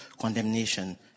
condemnation